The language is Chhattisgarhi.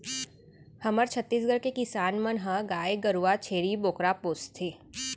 हमर छत्तीसगढ़ के किसान मन ह गाय गरूवा, छेरी बोकरा पोसथें